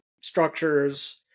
structures